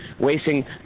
wasting